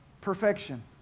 perfection